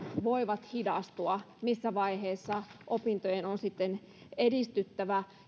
voivat hidastua missä vaiheessa opintojen on sitten edistyttävä